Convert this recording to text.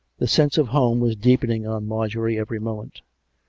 the sense of home was deepening on marjorie every moment.